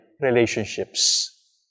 relationships